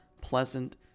pleasant